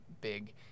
big